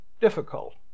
difficult